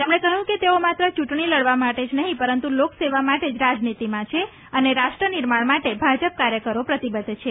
તેમણે કહ્યું કે તેઓ માત્ર ચૂંટણી લડવા માટે જ નહીં પરંતુ લોકસેવા માટે જ રાજનીતિમાં છે અને રાષ્ટ્ર નિર્માણ માટે ભાજપ કાર્યકરો પ્રતિબદ્ધ છે